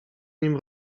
nim